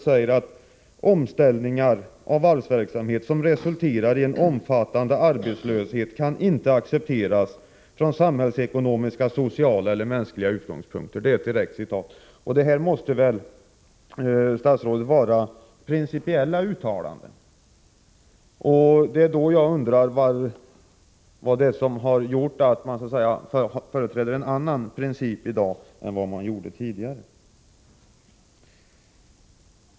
följande: ”Omställningar som resulterar i en omfattande arbetslöshet kan inte accepteras från samhällsekonomiska, sociala eller mänskliga utgångspunkter.” Det här måste väl, statsrådet Carlsson, vara principiella uttalanden. Jag undrar vad det är som gjort att man i dag företräder en annan princip än vad man gjorde tidigare.